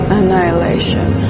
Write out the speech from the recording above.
Annihilation